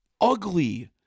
ugly